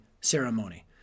Ceremony